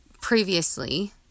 previously